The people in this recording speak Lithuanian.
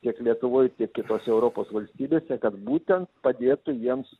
tiek lietuvoj tiek kitose europos valstybėse kad būtent padėtų jiems